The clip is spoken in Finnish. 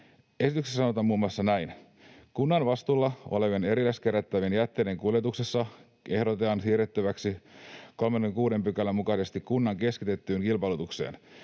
Esityksessä sanotaan muun muassa näin: ”Kunnan vastuulla olevien erilliskerättävien jätteiden kuljetuksessa ehdotetaan siirryttäväksi 36 §:n mukaisesti kunnan keskitettyyn kilpailutukseen.